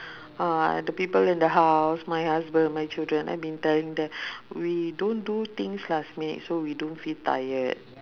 uh the people in the house my husband my children I've been telling them we don't do things last minute so we don't feel tired